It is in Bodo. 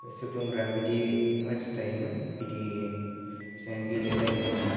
सुबुंफोरा बिदि मानसि थायोमोन बिदि जों गेलेबायोमोन आरोना